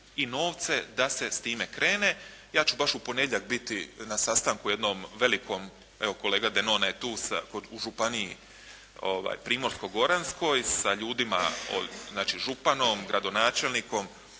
i novce da se s time krene. Ja ću baš u ponedjeljak biti na sastanku jednom velikom, evo kolega Denone je tu, u Županiji primorsko-goranskoj sa ljudima, znači županom, gradonačelnikom,